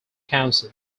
council